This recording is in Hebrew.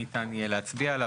ניתן יהיה להצביע עליו.